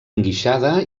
enguixada